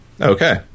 Okay